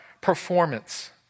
performance